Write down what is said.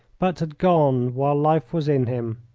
but had gone while life was in him.